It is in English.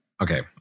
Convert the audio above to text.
Okay